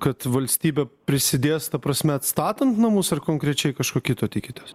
kad valstybė prisidės ta prasme atstatant namus ar konkrečiai kažko kito tikitės